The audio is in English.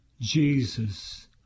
Jesus